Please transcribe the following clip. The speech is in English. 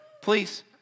Please